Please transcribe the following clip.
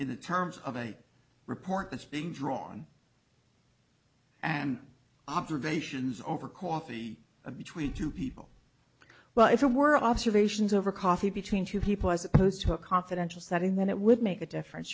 the terms of a report that's being drawn an observations over coffee of between two people well if it were observations over coffee between two people as opposed to a confidential setting then it would make a difference